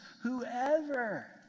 Whoever